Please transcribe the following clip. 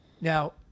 Now